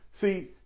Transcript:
See